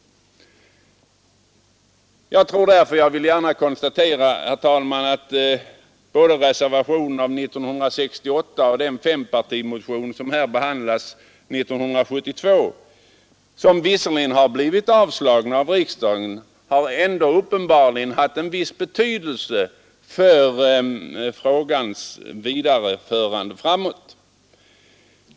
Jag vill konstatera, herr talman, att både reservationen från 1968 och fempartimotionen år 1972, trots att de inte har vunnit gehör i riksdagen, uppenbarligen haft en viss betydelse för frågans vidareförande framåt.